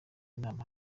inama